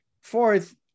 Fourth